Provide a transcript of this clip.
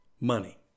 money